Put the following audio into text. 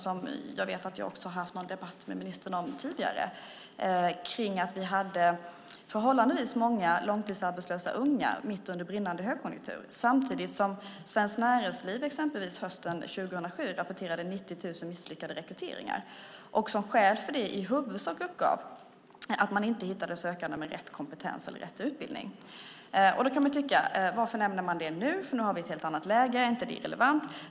Jag vet också att jag har haft någon debatt med ministern tidigare om att vi hade förhållandevis många långtidsarbetslösa unga mitt under brinnande högkonjunktur samtidigt som exempelvis Svenskt Näringsliv hösten 2007 rapporterade 90 000 misslyckade rekryteringar. Som skäl för detta uppgav man i huvudsak att man inte hittade sökande med rätt kompetens eller utbildning. Varför nämner jag det nu när vi har ett helt annat läge? Är det inte irrelevant?